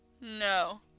No